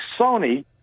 Sony